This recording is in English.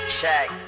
check